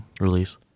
release